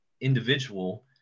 individual